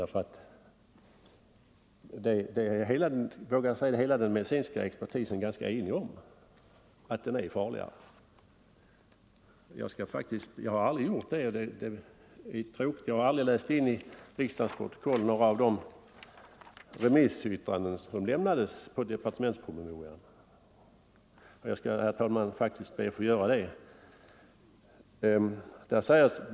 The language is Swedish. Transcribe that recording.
Jag vågar säga att hela den medicinska expertisen är ganska enig om att amatörboxningen är farligare. Jag har aldrig läst in i riksdagens protokoll några av de remissyttranden som lämnades på departementspromemorian. Jag skall, herr talman, faktiskt be att få göra det nu.